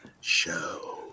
Show